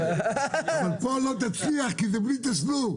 אבל פה לא תצליח כי זה בלי תשלום...